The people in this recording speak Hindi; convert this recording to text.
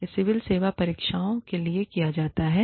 यह सिविल सेवा परीक्षाओं में किया जाता है